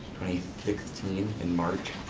sixteen, in march.